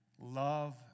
love